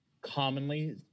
commonly